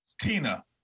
Tina